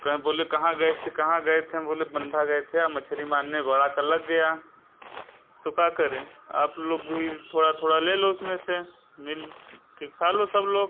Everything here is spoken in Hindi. कहें बोले कहाँ गए कहाँ गए थे हम बोले बंधा गए थे वहाँ मछली मारने घोरा का लग गया तो क्या करें आप लोग भी थोड़ा थोड़ा ले लो उसमें से मिल के खा लो सब लोग